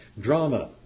Drama